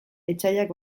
etsaiak